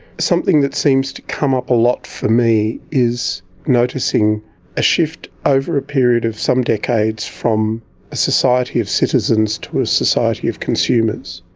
something that seems to come up a lot for me is noticing a shift, over a period of some decades, from a society of citizens to a society of consumers.